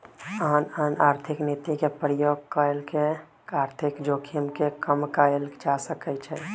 आन आन आर्थिक नीति के प्रयोग कऽ के आर्थिक जोखिम के कम कयल जा सकइ छइ